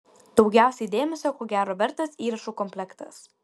daugiausiai dėmesio ko gero vertas įrašų komplektas